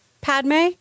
Padme